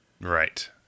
Right